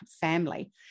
family